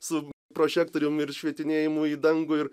su prožektorium ir švietinėjimu į dangų ir